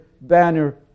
banner